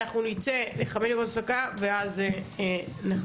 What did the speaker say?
אנחנו נצא לחמש דקות הפסקה ואז נחזור.